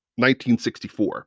1964